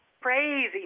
crazy